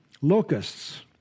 locusts